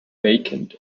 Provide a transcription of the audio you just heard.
vacant